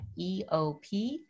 eop